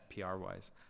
PR-wise